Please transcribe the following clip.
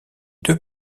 deux